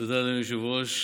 תודה, אדוני היושב-ראש.